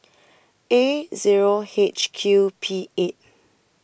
A Zero H Q P eight